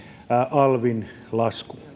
alvin lasku